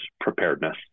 preparedness